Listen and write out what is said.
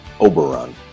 oberon